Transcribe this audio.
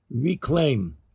reclaim